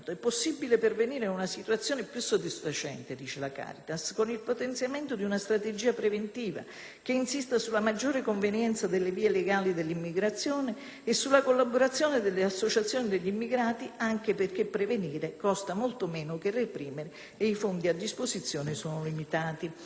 che insista sulla maggiore convenienza delle vie legali dell'immigrazione e sulla collaborazione delle associazioni degli immigrati, anche perché prevenire costa molto meno che reprimere e i fondi a disposizione sono limitati. La situazione attuale è una palestra che aiuta a prepararsi al futuro, in cui italiani e immigrati sono chiamati a convivere.